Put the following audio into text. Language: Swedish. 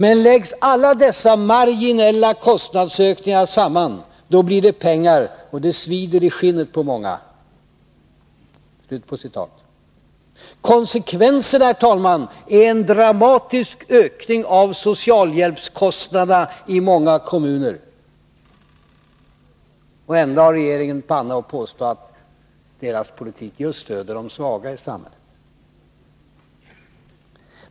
Men läggs alla dessa marginella kostnadsökningar samman — då blir det pengar och det svider i skinnet på många.” Konsekvenserna, herr talman, är en dramatisk ökning av socialhjälpskostnaderna i många kommuner. Ändå har regeringen panna att påstå att dess politik just stödjer de svaga i samhället.